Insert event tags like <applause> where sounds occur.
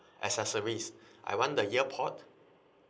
<breath> accessories <breath> I want the earpod